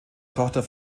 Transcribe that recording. tochter